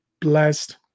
blessed